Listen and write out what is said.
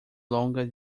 longa